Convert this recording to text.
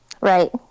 right